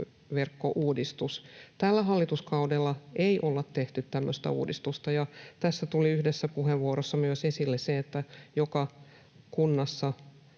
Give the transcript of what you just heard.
käräjäoikeusverkkouudistus, tällä hallituskaudella ei olla tehty tämmöistä uudistusta. Ja tässä tuli yhdessä puheenvuorossa esille myös se, että joka maakunnassa